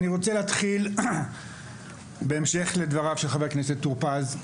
אני רוצה להתחיל בהמשך לדבר של חבר הכנסת טור פז,